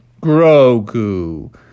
Grogu